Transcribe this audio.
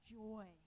joy